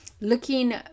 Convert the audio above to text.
looking